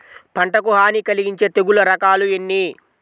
పంటకు హాని కలిగించే తెగుళ్ల రకాలు ఎన్ని?